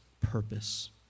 purpose